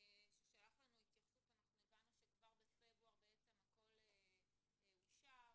ששלח לנו התייחסות הבנו שכבר בפברואר הכול אושר.